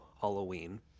Halloween